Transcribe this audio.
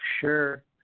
sure